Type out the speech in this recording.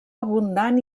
abundant